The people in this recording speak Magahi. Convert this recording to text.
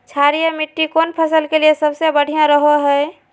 क्षारीय मिट्टी कौन फसल के लिए सबसे बढ़िया रहो हय?